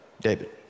David